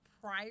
prior